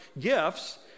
Gifts